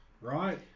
right